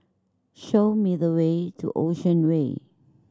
show me the way to Ocean Way